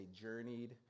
journeyed